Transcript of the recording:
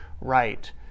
right